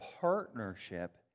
partnership